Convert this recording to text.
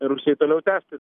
rusijai toliau tęsti